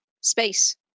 space